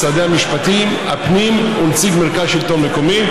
משרדי המשפטים והפנים ונציג מרכז השלטון המקומי,